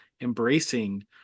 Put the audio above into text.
embracing